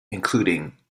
including